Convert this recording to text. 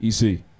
EC